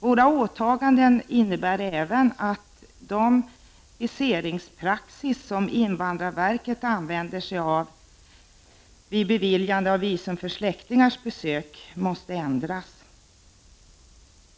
Våra åta ganden innebär även att den viseringspraxis som invandrarverket använder sig av vid beviljande av visum för släktingars besök måste ändras.